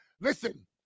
Listen